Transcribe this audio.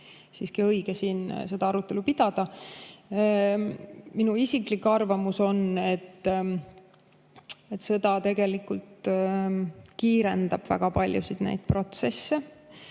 siiski on õige seda arutelu pidada. Minu isiklik arvamus on, et sõda tegelikult kiirendab väga paljusid neid protsesse.